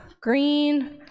green